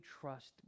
trust